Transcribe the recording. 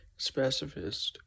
Specifist